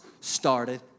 started